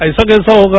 ऐसा कैसे होगा